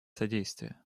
содействие